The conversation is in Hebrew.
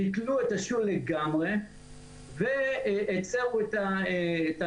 ביטלו את השול לגמרי והצרו את הנתיבים,